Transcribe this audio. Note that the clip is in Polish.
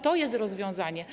To jest rozwiązanie.